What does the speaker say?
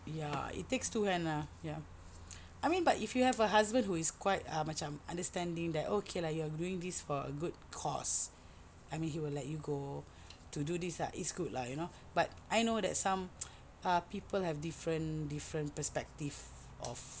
ya it takes two hands ah ya I mean but if you have a husband who is quite macam understanding that okay you're doing this for a good cause I mean he will let you go to do this it's good lah you know but I know that some people have different different perspectives of